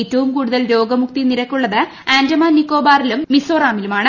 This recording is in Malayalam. ഏറ്റവും കൂടുതൽ രോഗമുക്തി നിരക്കുള്ളത് ആൻഡമാൻ നിക്കോബാറിലും മിസോറാമിലുമാണ്